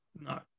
No